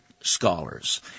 scholars